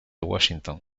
washington